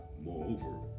Moreover